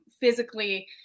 physically